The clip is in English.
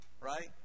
right